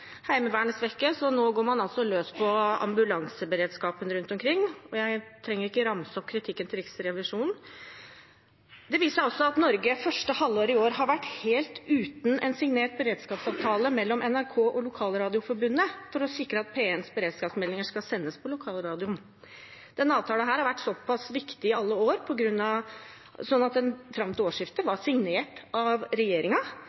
Riksrevisjonen. Det viser seg at Norge i første halvår i år har vært helt uten en signert beredskapsavtale mellom NRK og Lokalradioforbundet som sikrer at P1s beredskapsmeldinger sendes på lokalradioen. Denne avtalen har vært såpass viktig i alle år at den fram til årsskiftet var